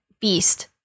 beast